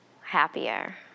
happier